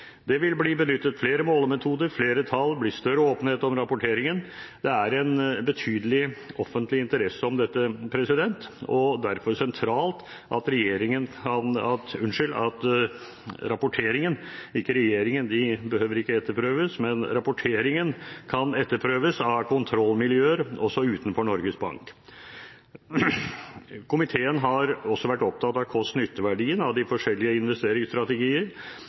Det vil bli benyttet flere målemetoder, flere tall og større åpenhet om rapporteringen. Det er en betydelig offentlig interesse om dette og derfor sentralt at regjeringen, unnskyld, at rapporteringen – ikke regjeringen, den behøver ikke etterprøves – kan etterprøves av kontrollmiljøer også utenfor Norges Bank. Komiteen har også vært opptatt av kost–nytte-verdien av de forskjellige investeringsstrategier